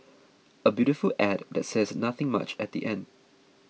a beautiful ad that says nothing much at the end